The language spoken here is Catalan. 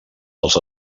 dels